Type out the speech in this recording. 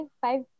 five